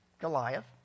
Goliath